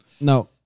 No